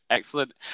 Excellent